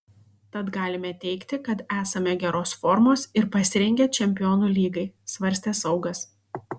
tad galime teigti kad esame geros formos ir pasirengę čempionų lygai svarstė saugas